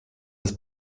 das